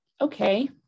Okay